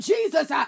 Jesus